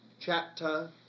chapter